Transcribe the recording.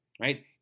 right